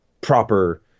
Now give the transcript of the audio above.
proper